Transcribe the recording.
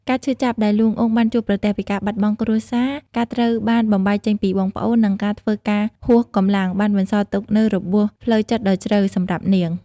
ការឈឺចាប់ដែល លួង អ៊ុង បានជួបប្រទះពីការបាត់បង់គ្រួសារ ការត្រូវបានបំបែកចេញពីបងប្អូន និងការធ្វើការហួសកម្លាំងបានបន្សល់ទុកនូវរបួសផ្លូវចិត្តដ៏ជ្រៅសម្រាប់នាង។